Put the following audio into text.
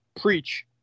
Preach